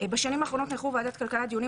בשנים האחרונות נערכו בוועדת הכלכלה דיונים